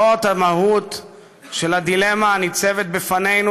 זאת המהות של הדילמה הניצבת בפנינו,